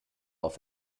auf